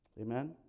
Amen